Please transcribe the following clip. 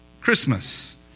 Christmas